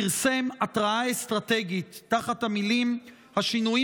פרסם התרעה אסטרטגית תחת המילים: השינויים